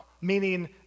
meaning